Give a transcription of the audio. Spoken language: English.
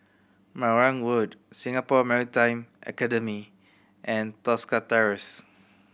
Marang Road Singapore Maritime Academy and Tosca Terrace